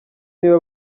niba